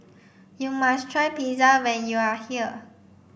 you must try Pizza when you are here